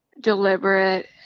deliberate